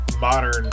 modern